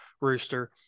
rooster